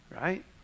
right